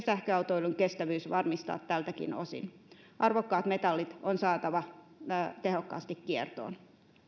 sähköautoilun kestävyys varmistaa tältäkin osin arvokkaat metallit on saatava tehokkaasti kiertoon